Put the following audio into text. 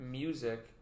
music